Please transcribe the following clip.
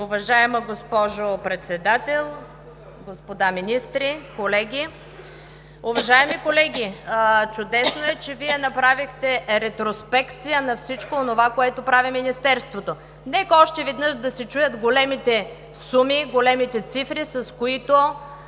Уважаема госпожо Председател, господа министри, колеги! Уважаеми колеги, чудесно е, че Вие направихте ретроспекция на всичко онова, което прави Министерството. Нека още веднъж да се чуят големите суми, големите цифри, с които